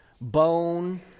bone